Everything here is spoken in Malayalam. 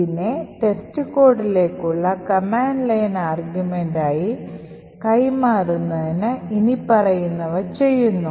ഇതിനെ ടെസ്റ്റ്കോഡിലേക്കുള്ള കമാൻഡ് ലൈൻ ആർഗ്യുമെൻറായി കൈമാറുന്നതിന് ഇനിപ്പറയുന്നവ ചെയ്യുന്നു